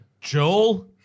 Joel